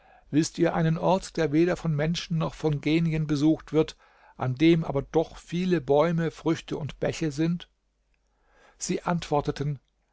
wißt ihr einen ort der weder von menschen noch von genien besucht wird an dem aber doch viele bäume früchte und bäche sind sie antworteten